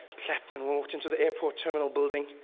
clapped and walked into the airport terminal building.